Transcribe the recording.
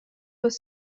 was